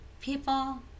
people